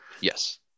Yes